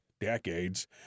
decades